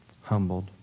humbled